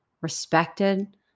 respected